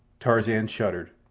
tarzan shuddered.